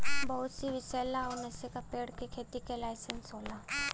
बहुत सी विसैला अउर नसे का पेड़ के खेती के लाइसेंस होला